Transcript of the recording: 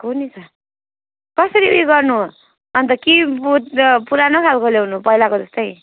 कुन्नि त कसरी ऊ यो गर्नु अनि त कि बहुत पुरानोखालको ल्याउनु पहिलाको जस्तै